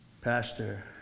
pastor